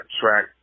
track